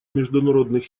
международных